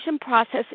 process